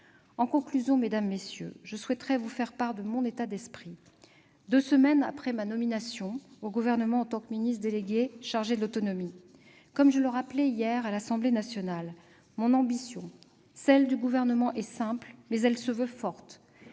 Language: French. En conclusion, mesdames, messieurs les sénateurs, je souhaiterais vous faire part de mon état d'esprit, deux semaines après ma nomination en tant que ministre déléguée chargée de l'autonomie. Comme je le rappelais hier à l'Assemblée nationale, mon ambition, qui est celle du Gouvernement, est simple, mais elle se veut forte